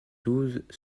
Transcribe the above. douze